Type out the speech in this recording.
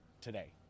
today